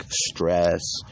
stress